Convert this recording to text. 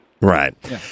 Right